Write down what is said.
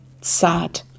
sad